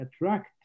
attract